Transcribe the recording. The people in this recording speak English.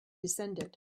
descended